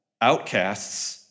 outcasts